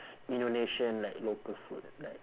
indonesian like local food right